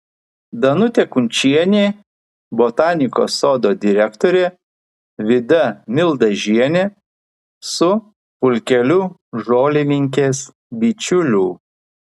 danutė kunčienė botanikos sodo direktorė vida mildažienė su pulkeliu žolininkės bičiulių